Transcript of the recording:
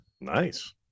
Nice